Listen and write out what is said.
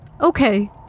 okay